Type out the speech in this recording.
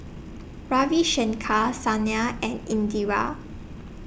Ravi Shankar Sanal and Indira